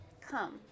come